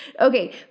okay